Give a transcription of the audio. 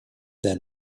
then